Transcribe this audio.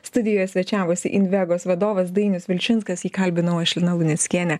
studijoje svečiavosi invegos vadovas dainius vilčinskas jį kalbinau aš lina luneckienė